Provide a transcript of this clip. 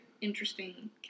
interesting